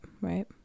right